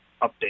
update